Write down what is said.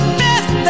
best